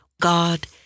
God